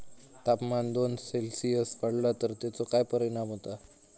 तापमान दोन सेल्सिअस वाढला तर तेचो काय परिणाम होता?